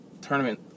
tournament